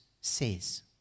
says